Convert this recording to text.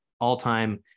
all-time